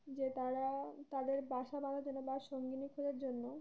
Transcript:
যে তারা তাদের বাসা বাঁধার জন্য বা সঙ্গিনী খোঁজার জন্য